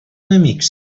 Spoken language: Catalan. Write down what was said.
enemics